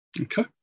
okay